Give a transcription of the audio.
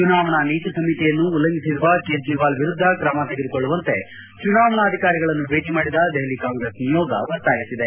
ಚುನಾವಣಾ ನೀತಿ ಸಂಹಿತೆಯನ್ನು ಉಲ್ಲಂಘಿಸಿರುವ ಕೇಜ್ರಿವಾಲ್ ವಿರುದ್ದ ಕ್ರಮ ತೆಗೆದುಕೊಳ್ಳುವಂತೆ ಚುನಾವಣಾಧಿಕಾರಿಗಳನ್ನು ಭೇಟಿ ಮಾಡಿದ ದೆಹಲಿ ಕಾಂಗ್ರೆಸ್ ನಿಯೋಗ ಒತ್ತಾಯಿಸಿದೆ